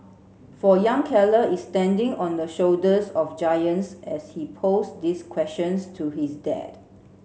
for young Keller is standing on the shoulders of giants as he posed these questions to his dad